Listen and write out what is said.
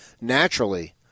naturally